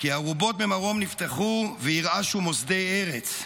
כי ארֻבות ממרום נפתחו וירעשו מוסדי ארץ.